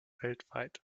weltweit